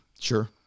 Sure